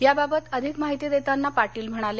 याबाबत अधिक माहिती देताना पाटील म्हणाले